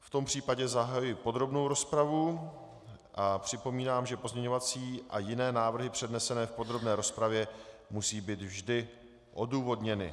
V tom případě zahajuji podrobnou rozpravu a připomínám, že pozměňovací a jiné návrhy přednesené v podrobné rozpravě musí být vždy odůvodněny.